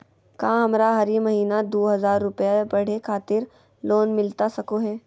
का हमरा हरी महीना दू हज़ार रुपया पढ़े खातिर लोन मिलता सको है?